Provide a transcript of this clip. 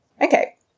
Okay